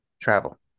Travel